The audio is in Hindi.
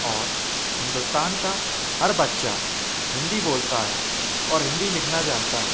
और हिन्दुस्तान का हर बच्चा हिन्दी बोलता है और हिन्दी लिखना जानता है